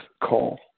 call